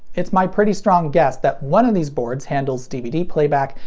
it's my pretty strong guess that one of these boards handles dvd playback,